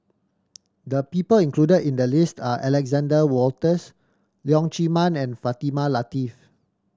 the people included in the list are Alexander Wolters Leong Chee Mun and Fatimah Lateef